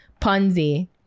Ponzi